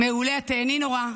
מעולה, את תיהני נורא,